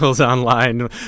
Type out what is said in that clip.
online